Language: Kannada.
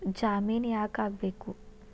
ಜಾಮಿನ್ ಯಾಕ್ ಆಗ್ಬೇಕು?